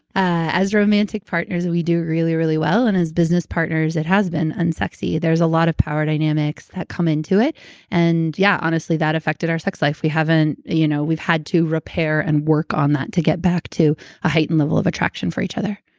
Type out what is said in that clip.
ah as romantic partners, we do really, really well and as business partners it has been unsexy. there's a lot of power dynamics that come into it and yeah, honestly, that affected our sex life. we haven't. you know we've had to repair and work on that to get back to a heightened level of attraction for each other.